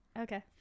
Okay